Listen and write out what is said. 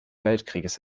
weltkriegs